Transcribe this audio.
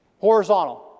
horizontal